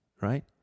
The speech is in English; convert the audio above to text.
right